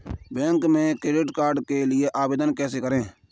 Bank में credit card के लिए आवेदन कैसे करें?